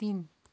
तिन